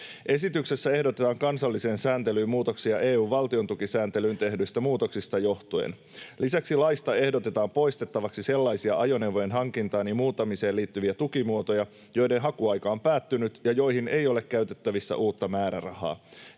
Esityksessä ehdotetaan kansalliseen sääntelyyn muutoksia EU:n valtiontukisääntelyyn tehdyistä muutoksista johtuen. Lisäksi laista ehdotetaan poistettavaksi sellaisia ajoneuvojen hankintaan ja muuttamiseen liittyviä tukimuotoja, joiden hakuaika on päättynyt ja joihin ei ole käytettävissä uutta määrärahaa.